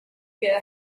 queda